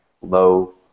low